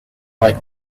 like